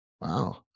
Wow